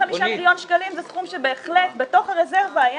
ו-55 מיליון שקלים זה סכום שבהחלט בתוך הרזרבה היה